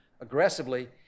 aggressively